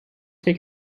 take